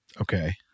Okay